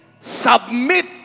submit